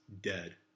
dead